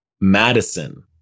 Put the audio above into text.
Madison